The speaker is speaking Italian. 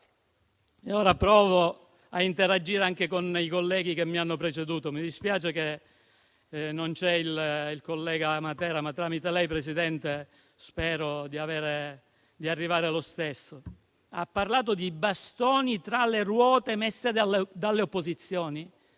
Ora provo a interagire anche con i colleghi che mi hanno preceduto, mi dispiace che non ci sia il senatore Matera, ma tramite lei, Presidente, spero di arrivargli lo stesso. Il collega ha parlato di bastoni tra le ruote messi dalle opposizioni.